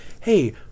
hey